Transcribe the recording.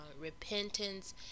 repentance